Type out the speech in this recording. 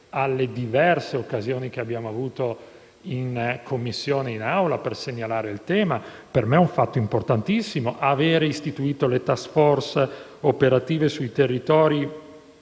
alle diverse occasioni che abbiamo avuto, in Commissione e in Aula, per segnalare il tema. Per me è un fatto importantissimo avere istituito le *task force* operative su alcuni territori